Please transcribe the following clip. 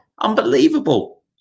Unbelievable